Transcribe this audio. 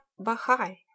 Bahai